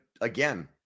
again